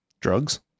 Drugs